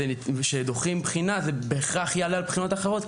שכשדוחים בחינה זה בהכרח יעלה על בחינות אחרות,